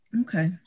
Okay